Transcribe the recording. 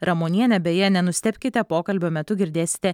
ramonienė beje nenustebkite pokalbio metu girdėsite